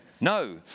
no